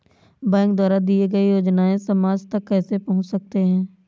Bank द्वारा दिए गए योजनाएँ समाज तक कैसे पहुँच सकते हैं?